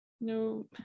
No